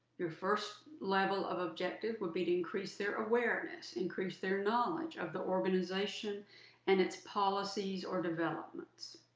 your first level of objective would be to increase their awareness, increase their knowledge of the organization and its policies or developments.